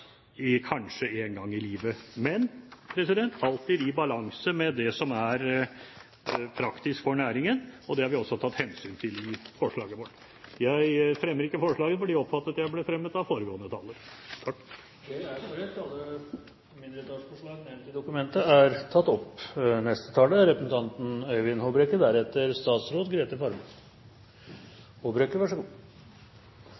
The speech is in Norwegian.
penger kanskje én gang i livet, men alltid i balanse med det som er praktisk for næringen, og det har vi også tatt hensyn til i forslaget vårt. Jeg fremmer ikke forslaget, for det oppfattet jeg ble fremmet av foregående taler. Det er korrekt. Alle mindretallsforslag som er nevnt i dokumentet, er tatt opp.